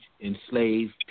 enslaved